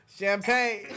Champagne